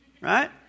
right